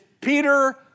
Peter